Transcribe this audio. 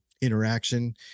interaction